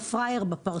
"אתה פראייר" בפרצוף,